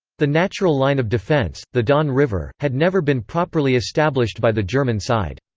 the natural line of defense, the don river, had never been properly established by the german side.